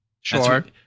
Sure